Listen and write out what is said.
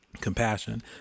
compassion